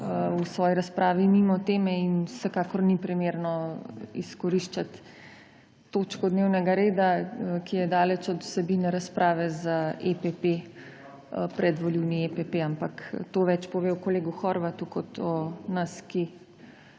v svoji razpravi mimo teme in vsekakor ni primerno izkoriščati točko dnevnega reda, ki je daleč od vsebine razprave za EPP, predvolilni EPP. Ampak to več pove o kolegu Horvatu kot o nas, ki